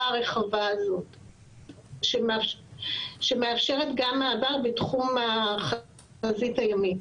הרחבה הזאת שמאפשרת גם מעבר בתחום החזית הימית.